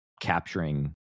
capturing